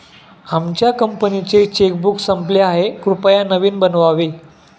आमच्या कंपनीचे चेकबुक संपले आहे, कृपया नवीन बनवावे